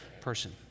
person